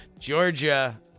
Georgia